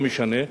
לא משנה,